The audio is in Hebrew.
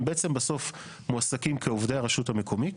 הם בעצם בסוף מועסקים כעובדי הרשות המקומית.